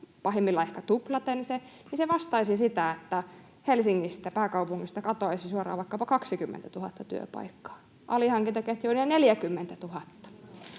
pahimmillaan ehkä tuplaten se, niin se vastaisi sitä, että Helsingistä, pääkaupungista, katoaisi suoraan vaikkapa 20 000 työpaikkaa, alihankintaketjuineen 40 000.